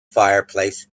fireplace